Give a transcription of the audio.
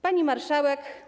Pani Marszałek!